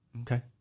Okay